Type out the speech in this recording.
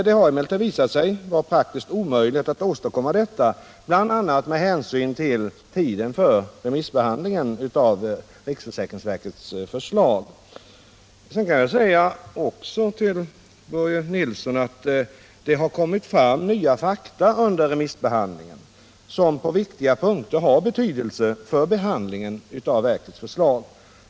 Det har emellertid visat sig praktiskt omöjligt att göra det, bl.a. med hänsyn till tiden för remissbehandlingen av riksförsäkringsverkets förslag. Vidare har det under remissbehandlingen på viktiga punkter kommit fram nya fakta som har betydelse för behandlingen av verkets förslag.